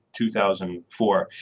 2004